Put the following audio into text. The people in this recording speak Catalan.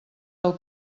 del